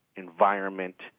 Environment